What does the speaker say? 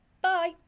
bye